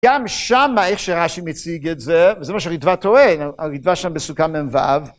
גם שמה איך שרש"י מציג את זה, וזה מה שריטב"א טוען, הריטב"א שם בסוכה מו.